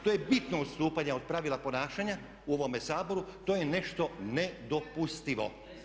To je bitno odstupanje od pravila ponašanja u ovome Saboru, to je nešto nedopustivo!